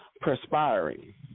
perspiring